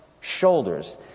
shoulders